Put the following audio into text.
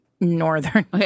Northern